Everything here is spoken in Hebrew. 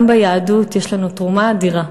גם ביהדות יש לנו תרומה אדירה,